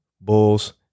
Bulls